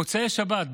במוצאי שבת,